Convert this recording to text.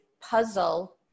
puzzle